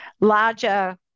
larger